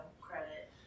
credit